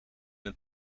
het